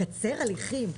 לקצר הליכים,